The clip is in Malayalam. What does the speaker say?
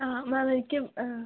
ആ മാം എനിക്ക് ആ